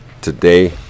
today